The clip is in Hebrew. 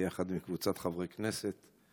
ביחד עם קבוצת חברי כנסת,